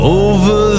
over